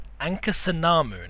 Ankasanamun